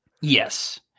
Yes